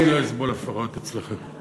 אני לא אסבול לפחות אצלכם.